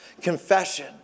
Confession